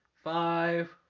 Five